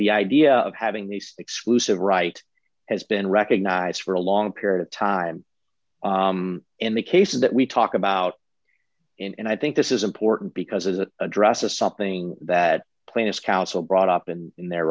the idea of having these exclusive rights has been recognized for a long period of time in the cases that we talk about and i think this is important because it addresses something that plants council brought up and in their